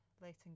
letting